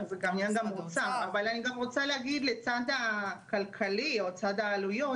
אני גם רוצה להגיד לגבי הצד הכלכלי, או צד העלויות